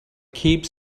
keeps